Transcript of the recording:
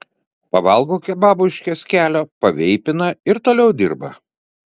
pavalgo kebabų iš kioskelio paveipina ir toliau dirba